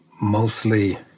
mostly